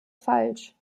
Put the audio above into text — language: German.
falsch